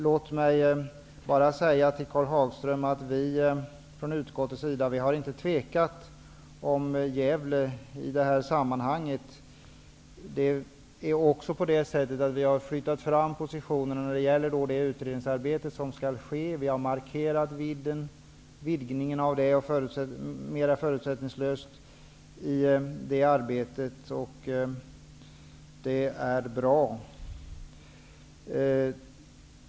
Utskottet har inte tvekat i fråga om Gävle i det här sammanhanget, Karl Hagström. Vi har flyttat fram positionerna när det gäller det utredningsarbete som skall ske. Vi har markerat vidgningen av det arbetet, att det skall ske mer förutsättningslöst. Det är bra.